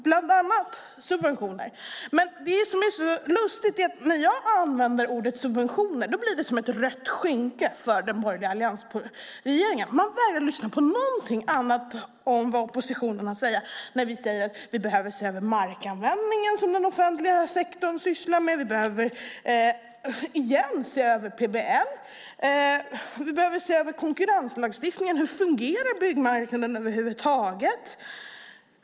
Bland annat handlar det om subventioner. Men det som är så lustigt är att när jag använder ordet subventioner blir det som ett rött skynke för den borgerliga alliansregeringen. Man vägrar lyssna på någonting annat som oppositionen har att säga. Vi säger att vi behöver se över markanvändningen, som den offentliga sektorn sysslar med. Vi behöver se över PBL igen. Vi behöver se över konkurrenslagstiftningen. Hur fungerar byggmarknaden över huvud taget?